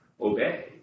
obey